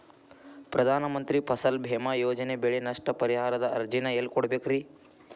ಪ್ರಧಾನ ಮಂತ್ರಿ ಫಸಲ್ ಭೇಮಾ ಯೋಜನೆ ಬೆಳೆ ನಷ್ಟ ಪರಿಹಾರದ ಅರ್ಜಿನ ಎಲ್ಲೆ ಕೊಡ್ಬೇಕ್ರಿ?